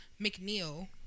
McNeil